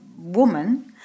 woman